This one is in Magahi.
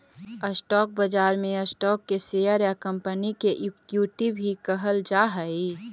स्टॉक बाजार में स्टॉक के शेयर या कंपनी के इक्विटी भी कहल जा हइ